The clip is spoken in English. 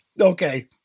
Okay